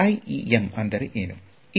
IEM ಅಂದರೆ ಎನು